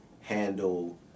handle